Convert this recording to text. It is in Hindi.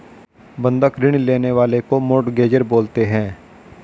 बंधक ऋण लेने वाले को मोर्टगेजेर बोलते हैं